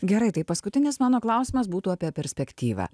gerai tai paskutinis mano klausimas būtų apie perspektyvą